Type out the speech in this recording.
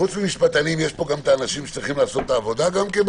חוץ מהמשפטנים יש פה גם את האנשים שצריכים לעשות את העבודה בסוף?